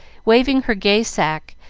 waving her gay sack,